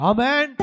Amen